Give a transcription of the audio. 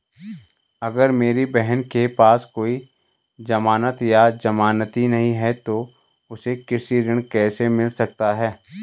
अगर मेरी बहन के पास कोई जमानत या जमानती नहीं है तो उसे कृषि ऋण कैसे मिल सकता है?